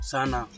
Sana